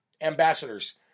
ambassadors